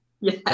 yes